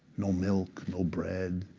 no milk, no bread,